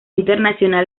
internacional